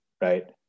Right